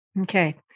Okay